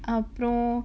அப்பறம்:apparam